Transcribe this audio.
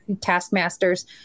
taskmasters